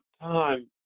time